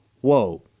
whoa